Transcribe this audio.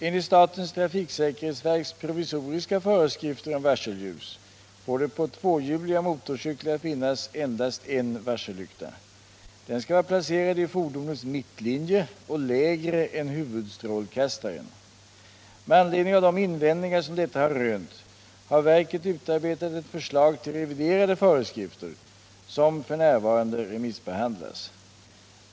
Enligt statens trafksäkerhetsverks provisoriska föreskrifter om varselljus får det på tvåhjulig motorcykel finnas endast en varsellykta. Den skall vara placerad i fordonets mittlinje och lägre än huvudstrålkastaren. Med anledning av de invändningar som detta har rönt har verket utarbetat ett förslag till reviderade föreskrifter, som f.n. remissbehandlas.